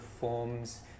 forms